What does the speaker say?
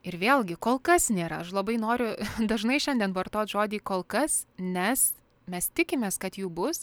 ir vėlgi kol kas nėra aš labai noriu dažnai šiandien vartot žodį kol kas nes mes tikimės kad jų bus